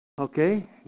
Okay